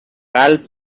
قلب